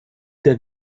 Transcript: der